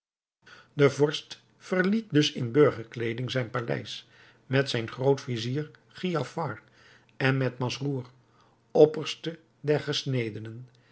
de vorst verliet dus in burgerkleeding zijn paleis met zijn groot-vizier giafar en met masrour opperste